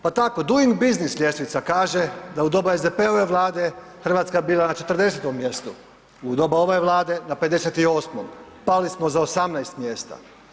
Pa tako duing biznis ljestvica kaže da je u doba SDP-ove vlade, Hrvatska bila na 40. mjestu, u doba ove vlade, na 58. pali smo za 18 mjesta.